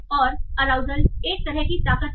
और अराउजल एक तरह की ताकत है